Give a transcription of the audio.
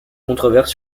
controverse